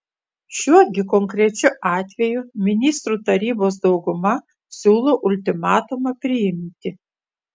šiuo gi konkrečiu atveju ministrų tarybos dauguma siūlo ultimatumą priimti